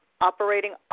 operating